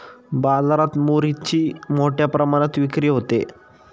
बाजारात मुरीची मोठ्या प्रमाणात विक्री होते